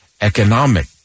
economic